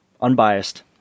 unbiased